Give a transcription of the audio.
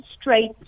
straight